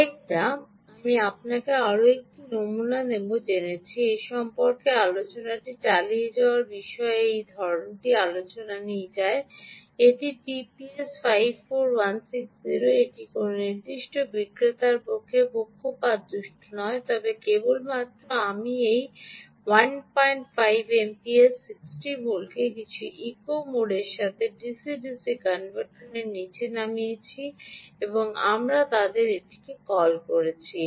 আরেকটা আমি আপনাকে আরও একটি নমুনা নেব জেনেছি এ সম্পর্কিত আলোচনাটি চালিয়ে যাওয়ার বিষয়ে এই ধরণের আলোচনাটি চালিয়ে যান এটি টিপিএস 54160 এটি কোনও নির্দিষ্ট বিক্রেতার পক্ষেই পক্ষপাতদুষ্ট নয় তবে কেবলমাত্র আমি এই 15 এমপিএস 60 ভোল্টকে কিছু ইকো মোডের সাথে ডিসি ডিসি কনভার্টারের নিচে নামিয়েছি আমরা তাদের এটিকে কল করেছি